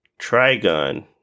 Trigon